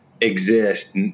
exist